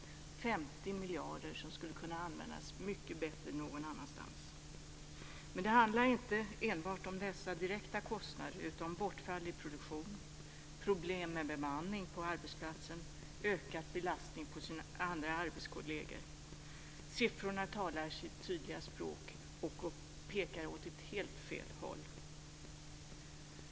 Det är 50 miljarder kronor som skulle kunna användas till något mycket bättre någon annanstans. Men det handlar inte enbart om dessa direkta kostnader utan det handlar om bortfall i produktion, problem med bemanning på arbetsplatsen och ökad belastning på de andra arbetskollegerna. Siffrorna talar sitt tydliga språk, och de pekar åt helt fel håll.